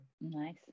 Nice